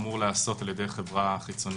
אמור להיעשות על-ידי חברה חיצונית.